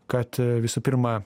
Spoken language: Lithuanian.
kad visų pirma